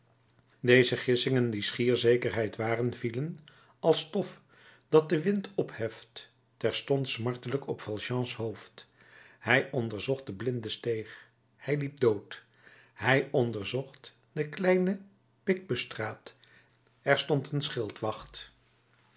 deze gissingen die schier zekerheid waren vielen als stof dat de wind opheft terstond smartelijk op valjeans hoofd hij onderzocht de blinde steeg zij liep dood hij onderzocht de kleine picpusstraat er stond een